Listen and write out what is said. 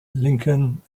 lincoln